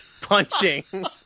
punching